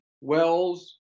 Wells